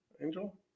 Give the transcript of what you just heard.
Angel